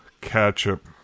ketchup